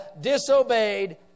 disobeyed